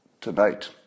tonight